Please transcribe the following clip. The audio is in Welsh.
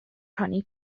prynu